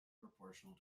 proportional